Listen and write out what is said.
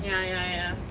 ya ya ya